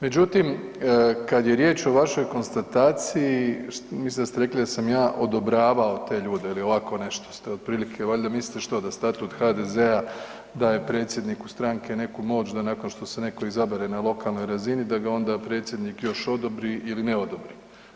Međutim, kada je riječ o vašoj konstataciji, mislim da ste rekli da sam ja odobravao te ljude ili ovako nešto ste otprilike valjda mislili što da statut HDZ-a daje predsjedniku stanke neku moć da nakon što se neko izabere na lokalnoj razini da ga onda predsjednik još odobri ili ne odobri.